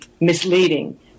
misleading